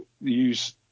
use